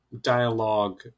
dialogue